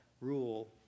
rule